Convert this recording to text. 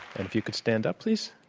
and if you could stand up, please.